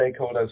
stakeholders